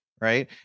right